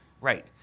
Right